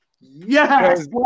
Yes